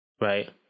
Right